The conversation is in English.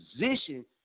position